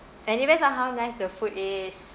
and depends on how nice the food is